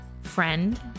friend